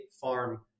farm